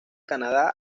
canadá